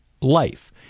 life